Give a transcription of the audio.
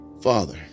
Father